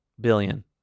billion